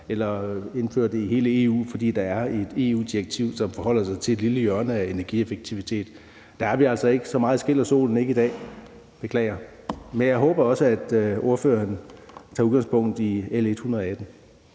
eller indfører det i hele EU, fordi der er et EU-direktiv, der forholder sig til et lille hjørne af det med energieffektivitet. Dér er vi altså ikke – så meget skinner solen ikke i dag, beklager. Men jeg håber også, at ordføreren tager udgangspunkt i L 118.